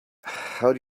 how